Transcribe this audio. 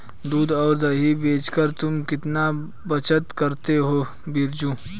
दूध और दही बेचकर तुम कितना बचत करते हो बिरजू?